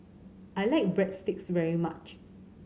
I like Breadsticks very much